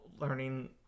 learning